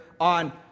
on